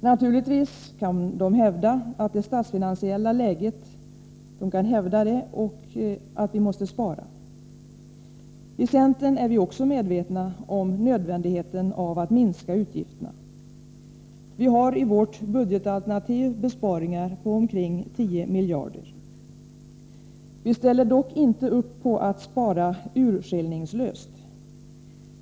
Naturligtvis kan de hänvisa till det statsfinansiella läget och hävda att vi måste spara. I centern är vi också medvetna om nödvändigheten av att minska utgifterna. Vi har i vårt budgetalternativ besparingar på omkring 10 miljarder. Vi ställer dock inte upp på att spara urskillningslöst.